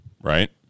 Right